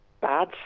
bad